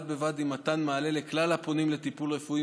בד בבד עם מתן מענה לכלל הפונים לטיפול רפואי,